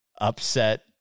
upset